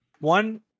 One